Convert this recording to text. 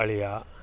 ಅಳಿಯ